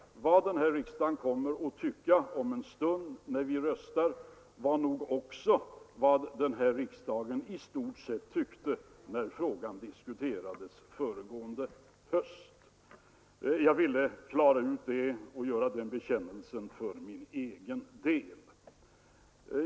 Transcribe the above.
Vad den här riksdagen kommer att tycka när vi om en stund skall rösta blir nog ändå i stort sett vad riksdagen tyckte då frågan diskuterades föregående höst. — Jag ville klara ut detta och göra den bekännelsen för min egen del.